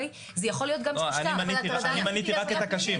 אני מניתי רק את הקשים.